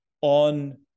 on